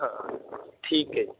ਹਾਂ ਠੀਕ ਹੈ